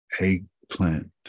Eggplant